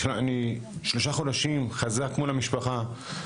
אני שלושה חודשים חזק מול המשפחה,